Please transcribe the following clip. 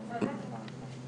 והבעיה היא שיש ועדה הומניטארית,